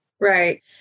Right